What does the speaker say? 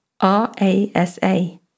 R-A-S-A